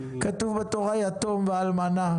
כתוב בתורה שלא לענות יתום ואלמנה.